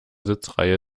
sitzreihe